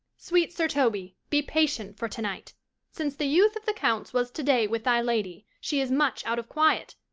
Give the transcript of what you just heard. sweet sir toby, be patient for to-night since the youth of the count's was to-day with my lady, she is much out of quiet.